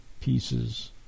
pieces